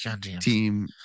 team